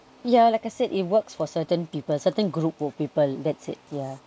yeah like I said it works for certain people certain group of people that's it yeah